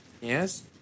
yes